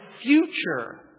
future